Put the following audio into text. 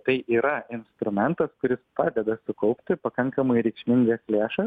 tai yra instrumentas kuris padeda sukaupti pakankamai reikšmingas lėšas